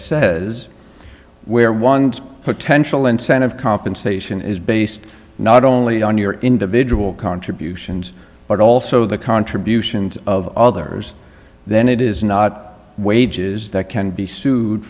says where one's potential incentive compensation is based not only on your individual contributions but also the contributions of others then it is not wages that can be sued